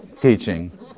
Teaching